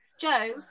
Joe